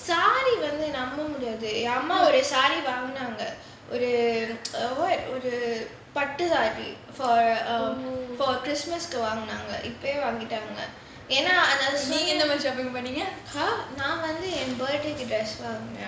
saree விலை நம்ப முடியாது என் அம்மா ஒரு:vilai namba mudiyaathu en amma saree வாங்குனாங்க ஒரு பட்டு:vaangunaanga oru pattu saree for christmas கு வாங்குனாங்க இப்போவே வாங்கிட்டாங்க:ku vaangunaanga ippovae vaangitaanga !huh! நான் வந்து என்:naan vanthu en birthday கு:kku dress வாங்குனேன்:vaangunaen